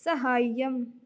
सहाय्यम्